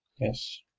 Yes